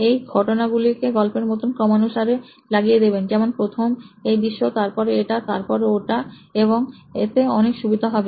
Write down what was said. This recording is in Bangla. এই ঘটনাগুলো কে গল্পের মতন ক্রমানুসারে লাগিয়ে দেবেন যেমন প্রথমে এই দৃশ্য তারপর এটাতারপর ওটা এবং এতে অনেক সুবিধা হবে